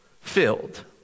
filled